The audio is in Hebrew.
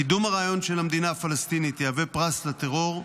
קידום הרעיון של המדינה הפלסטינית יהווה פרס לטרור,